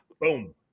Boom